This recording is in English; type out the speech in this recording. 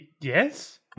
Yes